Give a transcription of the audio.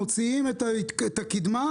מוציאים את הקידמה,